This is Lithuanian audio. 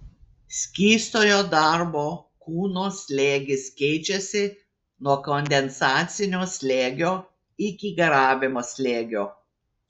skystojo darbo kūno slėgis keičiasi nuo kondensacinio slėgio iki garavimo slėgio